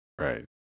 right